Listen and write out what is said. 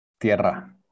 Tierra